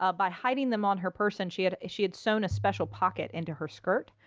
ah by hiding them on her person. she had she had sewn a special pocket into her skirt,